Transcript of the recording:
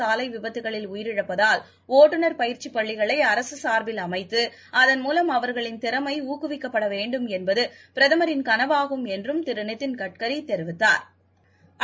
சாலைவிபத்துக்களில் உயிரிழப்பதால் இளைஞ்கள் அதிகஅளவில் ஒட்டுநர் பயிற்சிபள்ளிகளைஅரசுசா்பில் அமைத்து அதன்மூலம் அவர்களின் திறமைஊக்குவிக்கப்படவேண்டும் என்பதுபிரதமரின் கனவாகும் என்றும் திருநிதின்கட்கரிதெரிவித்தாா்